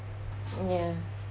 ya